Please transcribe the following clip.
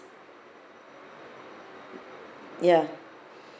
ya